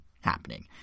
happening